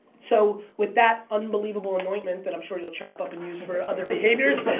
so with that unbelievable anointment that i'm sure you'll chop up and use for other behaviors,